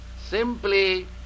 Simply